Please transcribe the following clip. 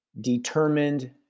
determined